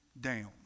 down